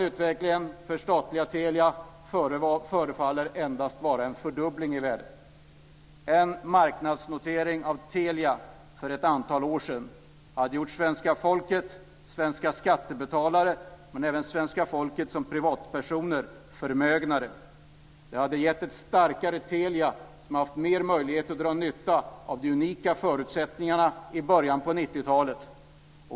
Utvecklingen av statliga Telia förefaller endast vara en fördubbling i värde. En marknadsnotering av Telia för ett antal år sedan hade gjort svenska skattebetalare och svenska folket som privatpersoner förmögnare. Det hade gett ett starkare Telia som hade haft bättre möjligheter att dra nytta av de unika förutsättningarna i början på 90-talet.